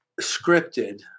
scripted